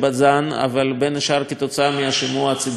אבל בין השאר בעקבות השימוע הציבורי שעשינו,